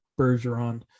Bergeron